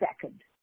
second